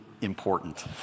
important